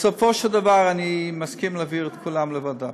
בסופו של דבר, אני מסכים להעביר את כולם לוועדה,